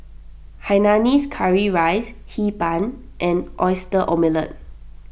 Hainanese Curry Rice Hee Pan and Oyster Omelette